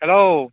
hello